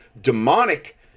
demonic